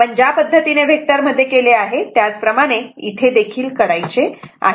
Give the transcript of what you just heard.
आपण ज्या पद्धतीने व्हेक्टर मध्ये केले आहे त्याचप्रमाणे इथेदेखील करायचे आहे